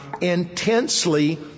intensely